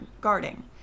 guarding